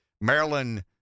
Maryland